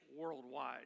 worldwide